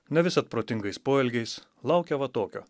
ne visad protingais poelgiais laukia va tokio